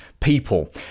people